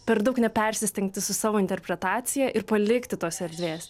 per daug nepersistengti su savo interpretacija ir palikti tos erdvės